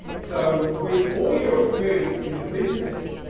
so, with all your experience in the business,